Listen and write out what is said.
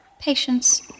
Patience